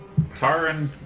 Taran